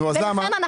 לכן,